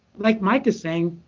like mike is saying,